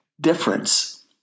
difference